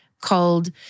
called